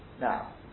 Now